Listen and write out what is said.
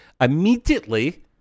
Immediately